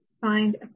find